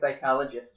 Psychologist